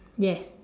yes